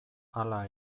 hala